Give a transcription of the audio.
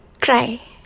Cry